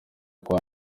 kwa